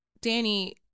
Danny